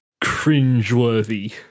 Cringeworthy